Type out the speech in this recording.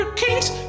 kings